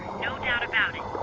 no doubt about it,